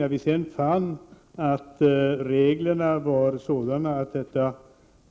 När vi sedan fann att reglerna är sådana att en neddragning